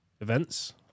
events